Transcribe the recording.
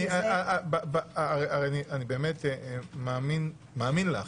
אני באמת מאמין לך,